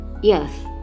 Yes